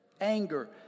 Anger